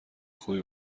خوبی